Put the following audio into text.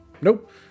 nope